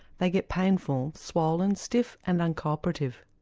they get painful, swollen, stiff and uncooperative.